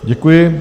Děkuji.